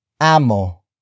Amo